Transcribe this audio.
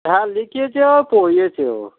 হ্যাঁ লিখিয়েছেো পড়িয়েছেও